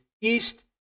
east